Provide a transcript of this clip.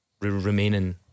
remaining